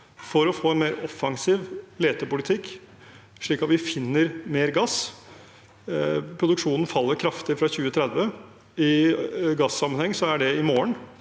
for å få en mer offensiv letepolitikk, slik at vi finner mer gass? Produksjonen faller kraftig fra 2030. I gassammenheng er det i morgen.